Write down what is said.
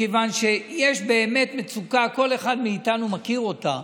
מכיוון שיש באמת מצוקה, כל אחד מאיתנו מכיר אותה.